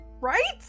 Right